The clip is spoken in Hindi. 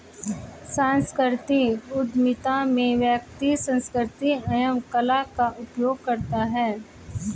सांस्कृतिक उधमिता में व्यक्ति संस्कृति एवं कला का उपयोग करता है